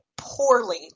poorly